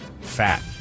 fat